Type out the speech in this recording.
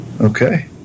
Okay